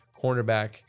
cornerback